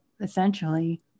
essentially